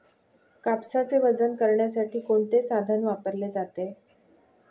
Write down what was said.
कापसाचे वजन करण्यासाठी कोणते साधन वापरले जाते?